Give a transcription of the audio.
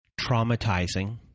traumatizing